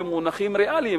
במונחים ריאליים,